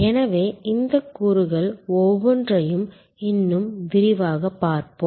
எனவே இந்த கூறுகள் ஒவ்வொன்றையும் இன்னும் விரிவாகப் பார்ப்போம்